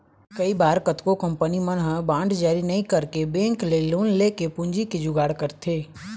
कई बार कतको कंपनी मन ह बांड जारी नइ करके बेंक ले लोन लेके पूंजी के जुगाड़ करथे